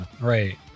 Right